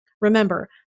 remember